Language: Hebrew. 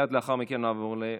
מייד לאחר מכן נעבור להצבעה.